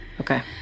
Okay